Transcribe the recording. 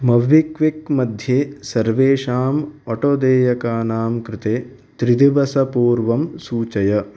MobiKwik मध्ये सर्वेषाम् अटोदेयकानां कृते त्रिदिवसपूर्वं सूचय